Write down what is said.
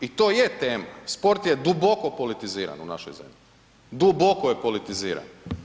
I to je tema, sport je duboko politiziran u našoj zemlji, duboko je politiziran.